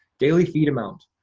daily feed amount,